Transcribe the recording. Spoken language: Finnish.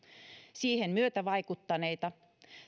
siihen myötävaikuttaneita